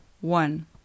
one